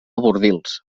bordils